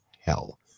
hell